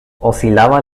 oscilaba